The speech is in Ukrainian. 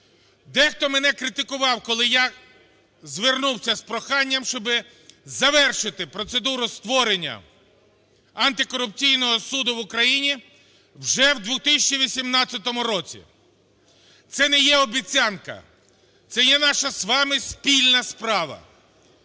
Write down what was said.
Дехто мене критикував, коли я звернувся з проханням, щоби завершити процедуру створення антикорупційного суду в України вже у 2018 році. Це не є обіцянка, це є наша з вами спільна справа.